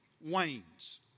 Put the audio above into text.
wanes